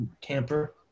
camper